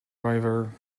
driver